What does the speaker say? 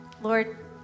Lord